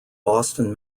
boston